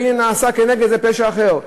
והנה נעשה כנגד זה פשע אחר.